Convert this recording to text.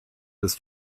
des